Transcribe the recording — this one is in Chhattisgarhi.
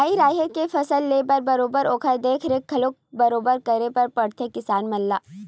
माई राहेर के फसल लेय म बरोबर ओखर देख रेख घलोक बरोबर करे बर परथे किसान मन ला